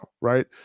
Right